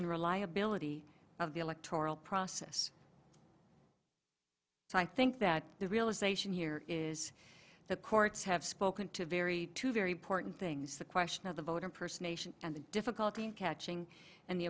and reliability of the electoral process so i think that the realisation here is the courts have spoken to very very important things the question of the vote or person nation and the difficulty in catching and the